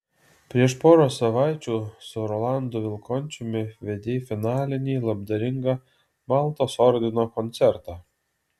prieš porą savaičių su rolandu vilkončiumi vedei finalinį labdaringą maltos ordino koncertą